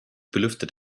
belüftet